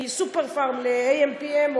מ"סופר-פארם" ל-AM:PM,